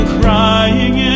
crying